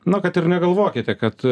na kad ir negalvokite kad